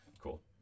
Cool